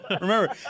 remember